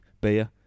beer